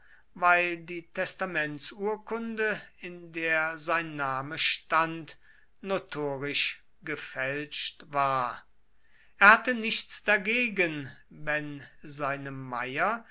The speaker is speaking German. weil die testamentsurkunde in der sein name stand notorisch gefälscht war er hatte nichts dagegen wenn seine meier